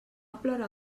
plora